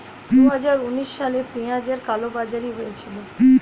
দুহাজার উনিশ সালে পেঁয়াজের কালোবাজারি হয়েছিল